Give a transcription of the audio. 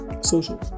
Social